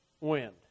wind